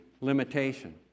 limitation